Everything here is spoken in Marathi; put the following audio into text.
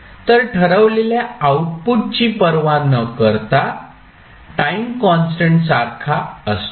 तर ठरवलेल्या आउटपुट ची पर्वा न करता टाईम कॉन्स्टंट सारखा असतो